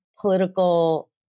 political